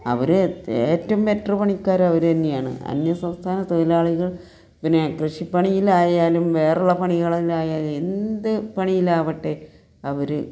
അവർ ഏറ്റവും ബെറ്റർ പണിക്കാർ അവർ തന്നെയാണ് അന്യസംസ്ഥാന തൊഴിലാളികൾ പിന്നെ കൃഷിപ്പണിയിലായാലും വേറെയുള്ള പണികളിൽ ആയാലും എന്ത് പണിയിലാവട്ടെ അവർ